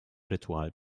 ritual